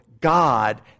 God